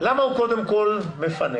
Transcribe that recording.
למה הוא קודם כל מפנה.